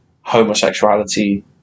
homosexuality